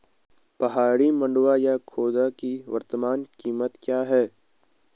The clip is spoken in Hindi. पहाड़ी मंडुवा या खोदा की वर्तमान कीमत क्या है?